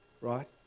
right